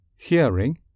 Hearing